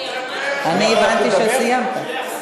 אני הבנתי שסיימת.